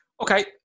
Okay